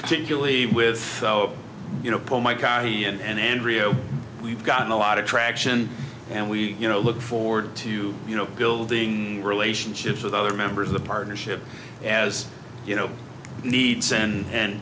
particularly with you know pull my car and rio we've gotten a lot of traction and we you know look forward to you know building relationships with other members of the partnership as you know needs and